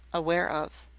aware of.